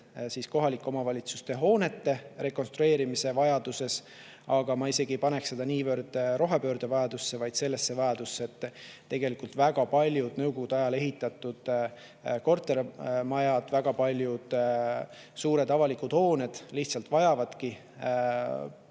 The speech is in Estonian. kohalike omavalitsuste hoonete rekonstrueerimise vajaduses, aga ma isegi ei peaks seda niivõrd rohepöörde vajaduseks, vaid selleks, et tegelikult väga paljud Nõukogude ajal ehitatud kortermajad, väga paljud suured avalikud hooned lihtsalt vajavadki